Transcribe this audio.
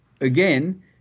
Again